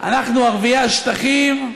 אנחנו, ערביי השטחים,